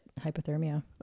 hypothermia